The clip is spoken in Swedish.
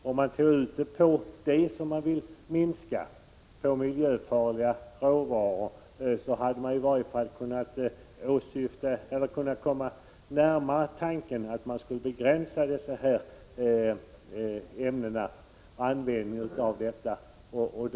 Om man tog ut skatten på det som man vill minska, dvs. bruket av miljöfarliga råvaror, hade man i varje fall kunnat komma närmare målet att begränsa användningen av dessa ämnen.